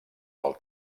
del